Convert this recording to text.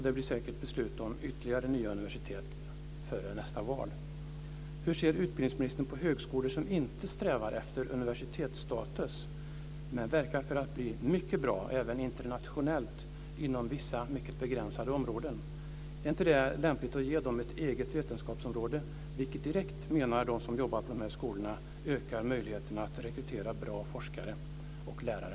Det blir säkert beslut om ytterligare nya universitet före nästa val. Hur ser utbildningsministern på högskolor som inte strävar efter universitetsstatus men verkar för att bli mycket bra, även internationellt, inom vissa mycket begränsade områden? Är det inte lämpligt att ge dem ett eget vetenskapsområde, vilket direkt, menar de som jobbar på skolorna, ökar möjligheterna att rekrytera bra forskare och lärare?